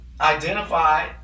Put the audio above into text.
identify